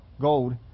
gold